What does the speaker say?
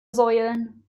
säulen